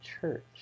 church